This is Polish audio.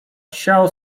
siał